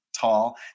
tall